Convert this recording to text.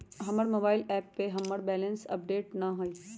हमर mobile app पर हमर बैलेंस अपडेट न हई